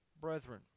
brethren